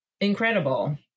incredible